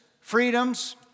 freedoms